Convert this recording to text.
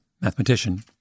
mathematician